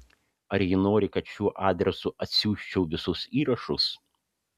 ar ji nori kad šiuo adresu atsiųsčiau visus įrašus